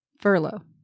furlough